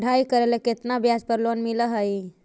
पढाई करेला केतना ब्याज पर लोन मिल हइ?